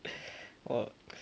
oh